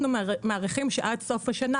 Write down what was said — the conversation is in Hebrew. אנחנו מעריכים שעד סוף השנה,